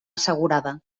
assegurada